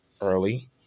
early